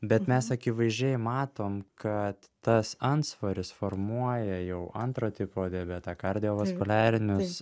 bet mes akivaizdžiai matom kad tas antsvoris formuoja jau antro tipo diabetą kardio vospoliarinius